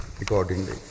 accordingly